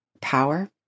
power